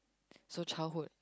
so childhood